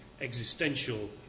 existential